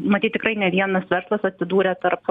matyt tikrai ne vienas verslas atsidūrė tarp